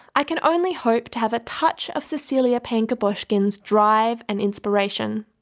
i can only hope to have a touch of cecilia payne-gaposchkin's drive and inspiration,